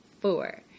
Four